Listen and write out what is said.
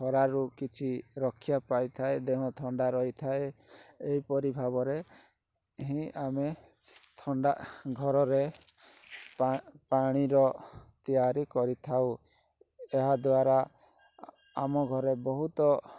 ଖରାରୁ କିଛି ରକ୍ଷା ପାଇଥାଏ ଦେହ ଥଣ୍ଡା ରହିଥାଏ ଏଇପରି ଭାବରେ ହିଁ ଆମେ ଥଣ୍ଡା ଘରରେ ପାଣିର ତିଆରି କରିଥାଉ ଏହା ଦ୍ଵାରା ଆମ ଘରେ ବହୁତ